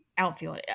Outfield